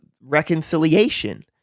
reconciliation